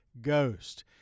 Ghost